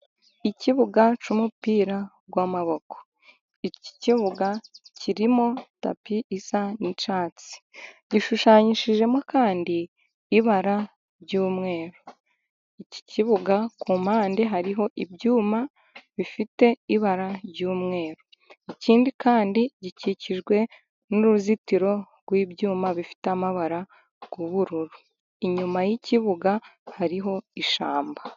Ikibuga cy'umupira w'amaboko, iki kibuga kirimo tapi isa n'icyatsi gishushanyishijemo kandi ibara ry'umweru, iki kibuga ku mpande hariho ibyuma bifite ibara ry'umweru, ikindi kandi gikikijwe n'uruzitiro rw'ibyuma bifite amabara y'ubururu, inyuma y'ikibuga hariho ishyamba.